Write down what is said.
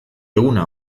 eguna